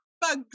bugs